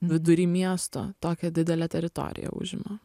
vidury miesto tokią didelę teritoriją užima